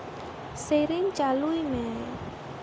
ᱥᱮᱨᱮᱧ ᱪᱟᱹᱞᱩᱭ ᱢᱮ